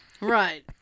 Right